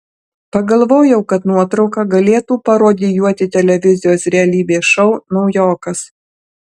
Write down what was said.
pagalvojau kad nuotrauka galėtų parodijuoti televizijos realybės šou naujokas